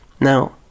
now